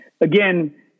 again